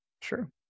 Sure